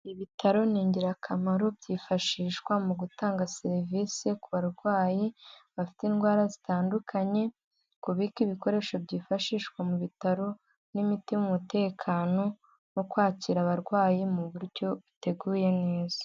Ibitaro ni ingirakamaro byifashishwa mu gutanga serivise ku barwayi bafite indwara zitandukanye, kubika ibikoresho byifashishwa mu bitaro n'imiti mu mutekano no kwakira abarwayi mu buryo buteguye neza.